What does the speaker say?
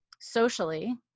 socially